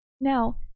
Now